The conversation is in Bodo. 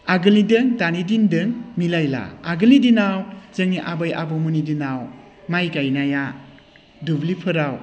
आगोलनिजों दानि दिनजों मिलायला आगोलनि दिनाव जोंनि आबै आबौमोननि दिनाव माइ गायनाया दुब्लिफोराव